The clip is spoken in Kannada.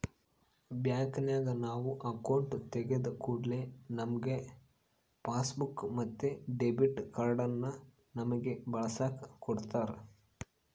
ಬ್ಯಾಂಕಿನಗ ನಾವು ಅಕೌಂಟು ತೆಗಿದ ಕೂಡ್ಲೆ ನಮ್ಗೆ ಪಾಸ್ಬುಕ್ ಮತ್ತೆ ಡೆಬಿಟ್ ಕಾರ್ಡನ್ನ ನಮ್ಮಗೆ ಬಳಸಕ ಕೊಡತ್ತಾರ